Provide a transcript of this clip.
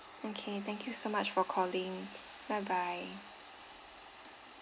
okay thank you so much for calling bye bye